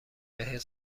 بهت